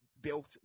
Built